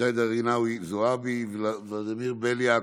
ג'ידא רינאוי זועבי, ולדימיר בליאק,